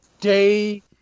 day